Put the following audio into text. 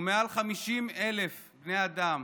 ומעל 50,000 בני אדם